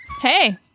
Hey